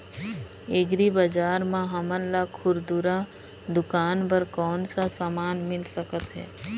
Agri बजार म हमन ला खुरदुरा दुकान बर कौन का समान मिल सकत हे?